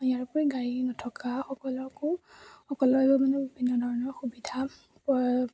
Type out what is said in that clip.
ইয়াৰ উপৰি গাড়ী নথকা সকলকো সকলোৱে মানে বিভিন্ন ধৰণৰ সুবিধা